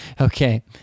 Okay